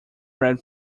read